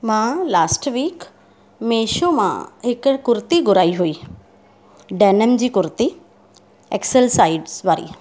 मां last week Meesho मां हिक कुर्ती घुराई हुई डेनिम जी कुर्ती एक्सल साइज़ वारी